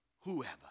whoever